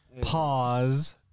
Pause